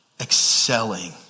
excelling